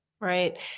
Right